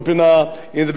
אם בעמונה,